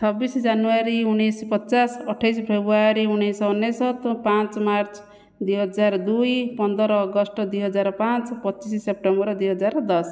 ଛବିଶ ଜାନୁୟାରୀ ଉଣେଇଶହ ପଚାଶ ଅଠେଇଶ ଫେବୃୟାରୀ ଉଣେଇଶହ ଅନେଶତ ପାଞ୍ଚ ମାର୍ଚ୍ଚ ଦୁଇ ହଜାର ଦୁଇ ପନ୍ଦର ଅଗଷ୍ଟ ଦୁଇ ହଜାର ପାଞ୍ଚ ପଚିଶ ସେପ୍ଟେମ୍ବର ଦୁଇ ହଜାର ଦଶ